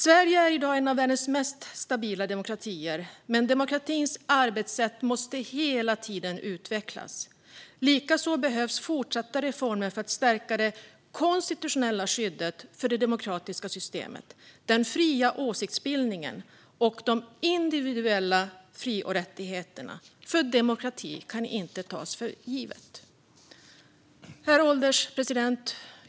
Sverige är i dag en av världens mest stabila demokratier, men demokratins arbetssätt måste hela tiden utvecklas. Likaså behövs fortsatta reformer för att stärka det konstitutionella skyddet för det demokratiska systemet, den fria åsiktsbildningen och de individuella fri och rättigheterna. Demokratin kan inte tas för given. Herr ålderspresident!